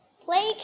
Play